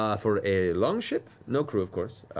um for a long-ship, no crew of course,